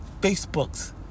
Facebooks